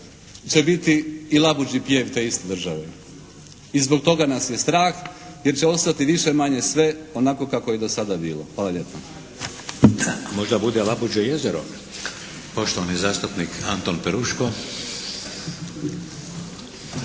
će biti i labuđi pjev te iste države. I zbog toga nas je strah jer će ostati više-manje sve onako kako je do sada bilo. Hvala lijepa. **Šeks, Vladimir (HDZ)** Možda bude labuđe jezero. Poštovani zastupnik Anton Peruško.